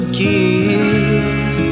give